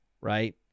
right